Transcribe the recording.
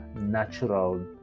natural